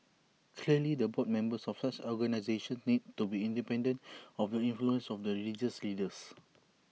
clearly the board members of such organisations need to be independent of the influence of the religious leaders